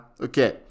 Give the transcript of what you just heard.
Okay